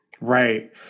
Right